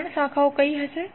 ત્રણ શાખાઓ કઇ હશે